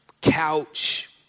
couch